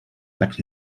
but